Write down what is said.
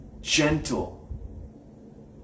gentle